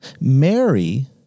Mary